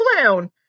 clown